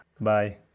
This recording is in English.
bye